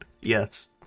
yes